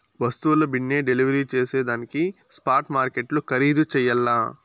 వస్తువుల బిన్నే డెలివరీ జేసేదానికి స్పాట్ మార్కెట్లు ఖరీధు చెయ్యల్ల